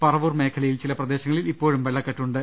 പറ്റവൂർ മേഖലയിൽ ചില പ്രദേശങ്ങളിൽ ഇപ്പോഴും വെള്ളക്കെട്ടുണ്ട്